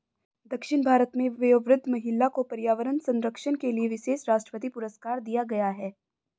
दक्षिण भारत में वयोवृद्ध महिला को पर्यावरण संरक्षण के लिए विशेष राष्ट्रपति पुरस्कार दिया गया है